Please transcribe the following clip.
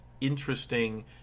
interesting